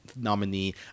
nominee